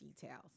details